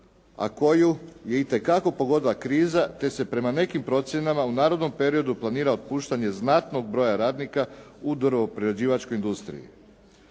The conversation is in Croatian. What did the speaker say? a koju je itekako pogodila kriza, te se prema nekim procjenama u narednom periodu planira otpuštanje znatnog broja radnika u drvo prerađivačkoj industriji.